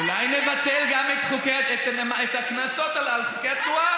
אולי נבטל גם את הקנסות על עבירות התנועה.